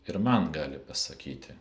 ir man gali pasakyti